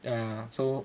err so